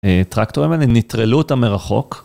טרקטורים האלה נטרלו אותם מרחוק.